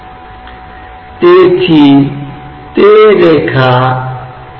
इसलिए यदि इसे एक स्थिरांक माना जाता है तो यह केवल एकीकरण से बाहर आ सकता है